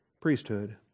priesthood